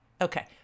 Okay